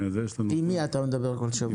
עם מי אתה מדבר כל שבוע.